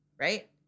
Right